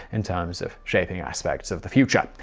in terms of shaping aspects of the future.